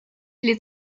les